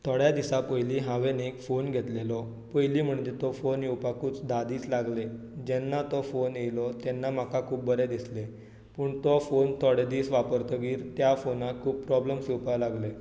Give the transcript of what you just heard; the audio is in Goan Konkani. थोड्या दिसा पयली हांवें एक फोन घेतलेलो पयलीं म्हणजे तो फोन येवपाकूच धा दीस लागले जेन्ना तो फोन येयलो तेन्ना म्हाका खूब बरें दिसलें पूण तो फोन थोडे दीस वापरतकीर त्या फोनाक खूब प्रॉब्लम्स येवपा लागले